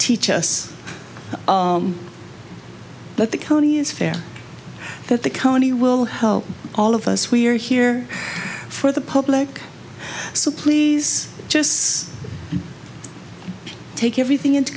teach us that the county is fair that the county will help all of us we are here for the public so please just take everything into